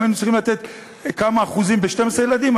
אם היינו צריכים לתת כמה אחוזים בשתים-עשרה ילדים,